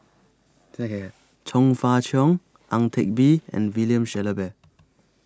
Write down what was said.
Chong Fah Cheong Ang Teck Bee and William Shellabear